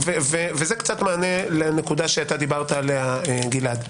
וזה קצת מענה לנקודה שדיברת עליה, גלעד.